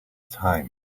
time